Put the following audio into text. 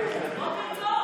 בוקר טוב.